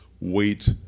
weight